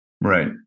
right